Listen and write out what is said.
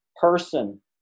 person